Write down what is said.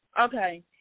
Okay